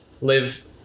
live